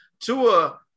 Tua